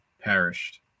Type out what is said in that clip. perished